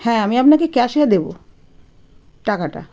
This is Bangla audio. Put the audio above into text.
হ্যাঁ আমি আপনাকে ক্যাশে দেব টাকাটা